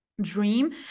dream